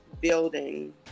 building